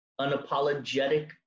unapologetic